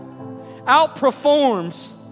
outperforms